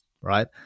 right